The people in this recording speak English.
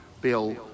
Bill